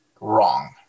wrong